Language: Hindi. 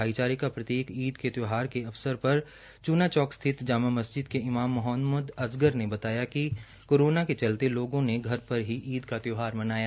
भाईचारे का प्रतीक ईद त्यौहार के अवसर पर चूना चौक स्थित जामा मस्जिद के इमाम मोहम्मद अज़गर ने बताया कि कोरोना के चलते लोगों को घर पर ही ईद की त्यौहार मनाया